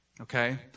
Okay